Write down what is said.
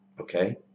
Okay